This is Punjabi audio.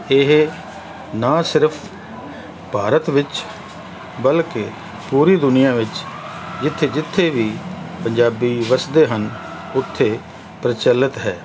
ਇਹ ਨਾ ਸਿਰਫ਼ ਭਾਰਤ ਵਿੱਚ ਬਲਕਿ ਪੂਰੀ ਦੁਨੀਆਂ ਵਿੱਚ ਜਿੱਥੇ ਜਿੱਥੇ ਵੀ ਪੰਜਾਬੀ ਵੱਸਦੇ ਹਨ ਉੱਥੇ ਪ੍ਰਚਲਿਤ ਹੈ